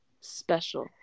special